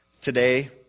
today